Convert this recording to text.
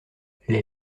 les